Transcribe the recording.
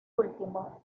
último